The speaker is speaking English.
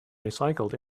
recycled